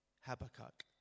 Habakkuk